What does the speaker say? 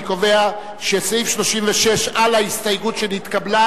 אני קובע שסעיף 36 על ההסתייגות שנתקבלה